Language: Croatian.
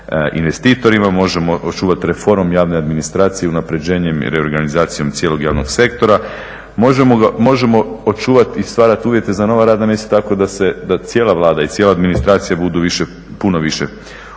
Možemo očuvati reformom javne administracije i unapređenjem i reorganizacijom cijelog javnog sektora, možemo očuvati i stvarati uvjete za nova radna mjesta tako da cijela Vlada i cijela administracija budu puno više u